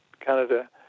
Canada